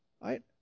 Right